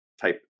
type